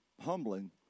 humbling